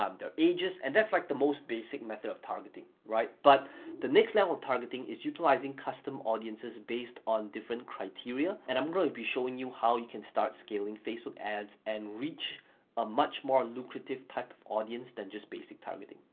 um their ages. and that's like the most basic method of targeting, right. but the next level of targeting is utilizing custom audiences based on different criteria and i'm gonna be showing you how you can start scaling facebook ads and reach a much more lucrative type of audience than just basic targeting.